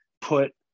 put